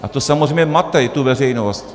A to samozřejmě mate i tu veřejnost.